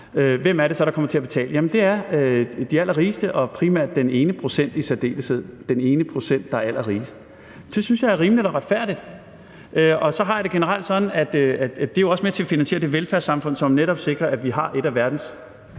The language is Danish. Hvem er det så, der kommer til at betale? Jamen det er de allerrigeste og primært den ene procent i særdeleshed, altså den ene procent, der er allerrigest. Det synes jeg er rimeligt og retfærdigt. Og så har jeg det generelt sådan, at det jo også er med til at finansiere det velfærdssamfund, som netop sikrer, at vi har et af verdens